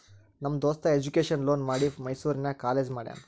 ನಮ್ ದೋಸ್ತ education loan ಮಾಡಿ ಮೈಸೂರು ನಾಗ್ ಕಾಲೇಜ್ ಮಾಡ್ಯಾನ್